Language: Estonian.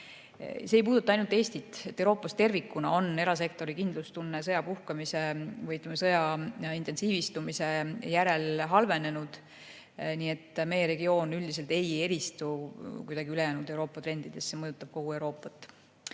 See ei puuduta ainult Eestit, vaid Euroopas tervikuna on erasektori kindlustunne sõja puhkemise või, ütleme, sõja intensiivistumise järel halvenenud. Meie regioon üldiselt ei eristu kuidagi ülejäänud Euroopa trendidest, sõda mõjutab kogu Euroopat.